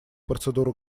процедуры